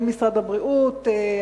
משרד הבריאות,